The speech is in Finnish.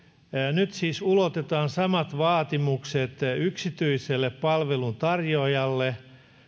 nyt siis ulotetaan samat vaatimukset yksityiselle palveluntarjoajalle